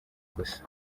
gusa